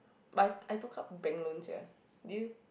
but I took up bank loan sia do you